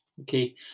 Okay